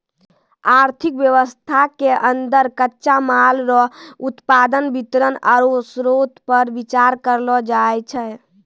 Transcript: आर्थिक वेवस्था के अन्दर कच्चा माल रो उत्पादन वितरण आरु श्रोतपर बिचार करलो जाय छै